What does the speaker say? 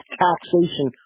taxation